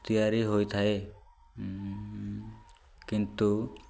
ତିଆରି ହୋଇଥାଏ କିନ୍ତୁ